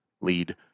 Lead